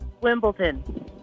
Wimbledon